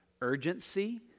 urgency